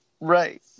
Right